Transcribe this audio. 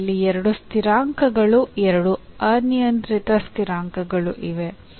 ಇದರಲ್ಲಿ 2 ಸ್ಥಿರಾಂಕಗಳು 2 ಅನಿಯಂತ್ರಿತ ಸ್ಥಿರಾಂಕಗಳು ಇವೆ